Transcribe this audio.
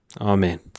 Amen